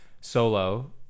solo